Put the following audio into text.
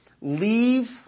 leave